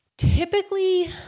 Typically